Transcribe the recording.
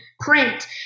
print